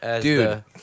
Dude